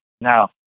Now